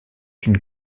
une